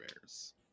bears